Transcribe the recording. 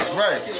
right